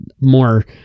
more